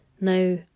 Now